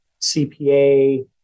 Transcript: CPA